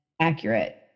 accurate